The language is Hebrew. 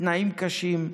בתנאים קשים,